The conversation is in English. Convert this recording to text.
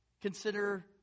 Consider